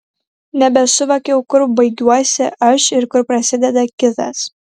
nebesuvokiau kur baigiuosi aš ir kur prasideda kitas